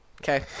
Okay